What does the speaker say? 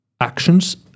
actions